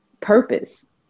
purpose